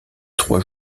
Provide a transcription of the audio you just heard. trois